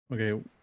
Okay